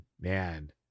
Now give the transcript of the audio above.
Man